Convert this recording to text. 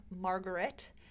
Margaret